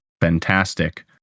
fantastic